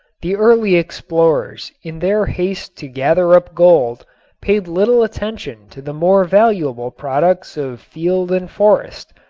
the early explorers in their haste to gather up gold paid little attention to the more valuable products of field and forest,